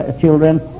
children